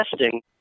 testing